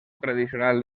tradicional